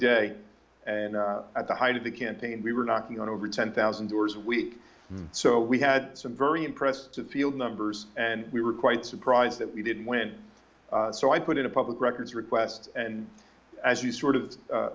day and at the height of the campaign we were knocking on over ten thousand doors week so we had some very impressed field numbers and we were quite surprised that we didn't win so i put in a public records request and as you sort of